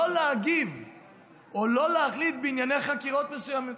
לא להגיב או לא להחליט בענייני חקירות מסוימות.